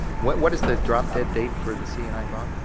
what what is the drop dead date for the c and i and